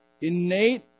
innate